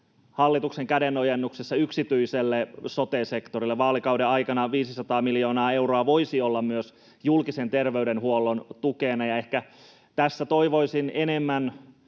hallituksen kädenojennuksessa yksityiselle sote-sektorille. Vaalikauden aikana 500 miljoonaa euroa voisi olla myös julkisen terveydenhuollon tukena, ja ehkä tässä toivoisin enemmän